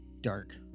dark